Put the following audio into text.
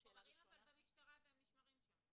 אבל החומרים הם במשטרה והם נשמרים שם.